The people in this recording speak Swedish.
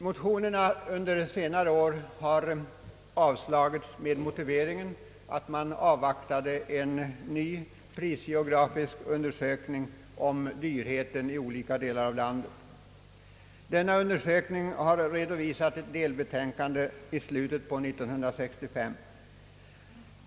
Motionerna i frågan under senare år har avslagits med motiveringen att man avvaktade en ny prisgeografisk undersökning om dyrheten i olika delar av landet. Den utredningen avgav ett delbetänkande i slutet på 1965.